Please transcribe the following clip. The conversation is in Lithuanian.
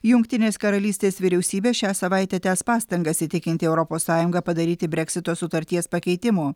jungtinės karalystės vyriausybė šią savaitę tęs pastangas įtikinti europos sąjungą padaryti breksito sutarties pakeitimų